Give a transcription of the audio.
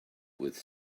with